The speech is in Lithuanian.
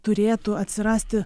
turėtų atsirasti